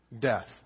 death